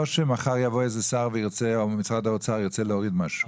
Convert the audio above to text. לא שמחר יבוא איזה שר או משרד האוצר וירצה להוריד משהו.